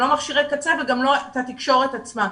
לא מכשירי קצה וגם לא התקשורת עצמה.